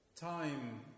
time